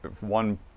one